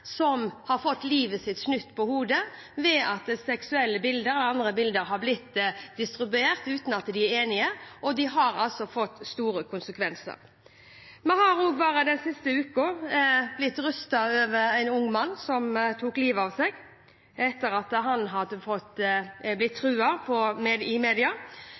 som har fått livet sitt snudd på hodet ved at seksuelle bilder og andre bilder er blitt distribuert uten at de har samtykket, og det har fått store konsekvenser. Vi har den siste uka blitt rystet over at en ung mann tok livet av seg etter å ha blitt truet i media. Dette er en problemstilling vi er nødt til å ta